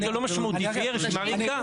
אם זה לא משמעותי תהיה רשימה ריקה.